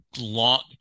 long